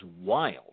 wild